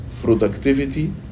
productivity